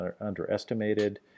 underestimated